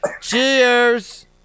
Cheers